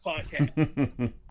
podcast